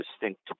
distinct